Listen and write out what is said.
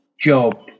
job